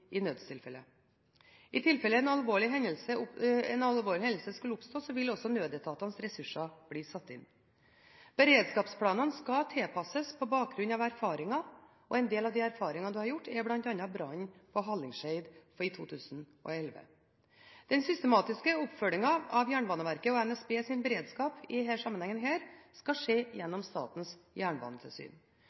i nødstilfeller. I tilfelle en alvorlig hendelse skulle oppstå, vil også nødetatenes ressurser bli satt inn. Beredskapsplanene skal tilpasses på bakgrunn av erfaringer. En av de erfaringene en har gjort seg, er brannen på Hallingskeid i 2011. Den systematiske oppfølgingen av Jernbaneverkets og NSBs beredskap i denne sammenheng skal skje gjennom Statens jernbanetilsyn.